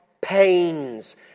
pains